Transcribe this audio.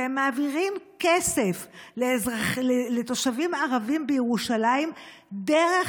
שהם מעבירים כסף לתושבים ערבים בירושלים דרך